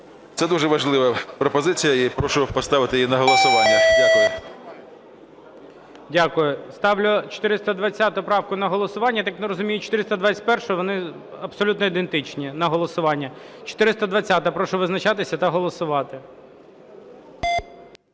Це дуже важлива пропозиція і прошу поставити її на голосування. Дякую. ГОЛОВУЮЧИЙ. Дякую. Ставлю 420 правку на голосування. Я так розумію, 421-а, вони абсолютно ідентичні. 420-а. Прошу визначатися та голосувати.